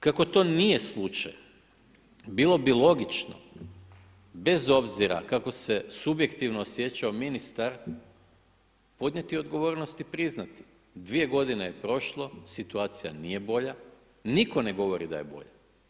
Kako to nije slučaj, bilo bi logično bez obzora kako se subjektivno osjećao ministar, podnijeti odgovornost i priznati, 2 g. je prošlo, situacija nije bolje, nitko ne govori da je bolja.